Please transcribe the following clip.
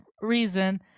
reason